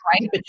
right